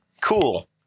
cool